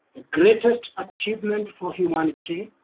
greatest achievement for humanity,